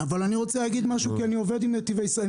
אני רוצה להגיד משהו, כי אני עובד עם נתיבי ישראל.